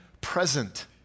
present